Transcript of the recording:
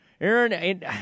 Aaron